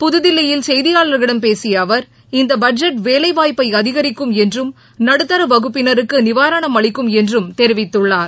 புதுதில்லியில் செய்தியாளர்களிடம் பேசிய அவர் இந்த பட்ஜெட் வேலைவாய்ப்பை அதிகரிக்கும் என்றும் நடுத்தர வகுப்பினருக்கு நிவாரணம் அளிக்கும் என்றும் தெரிவித்துள்ளார்